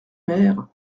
maire